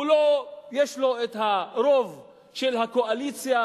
יש לו את הרוב של הקואליציה,